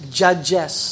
judges